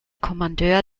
kommandeur